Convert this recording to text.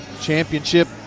championship